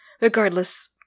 Regardless